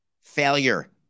failure